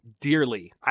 dearly